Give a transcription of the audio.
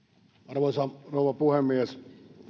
arvoisa rouva puhemies